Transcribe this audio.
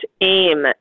aim